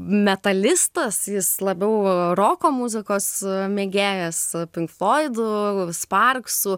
metalistas jis labiau roko muzikos mėgėjas pink floydų vis sparksų